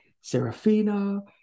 Serafina